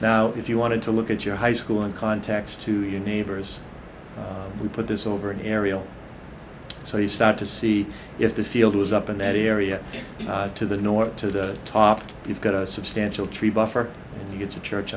now if you wanted to look at your high school in context to your neighbors we put this over an area so you start to see if the field was up in that area to the north to the top you've got a substantial tree buffer to get to church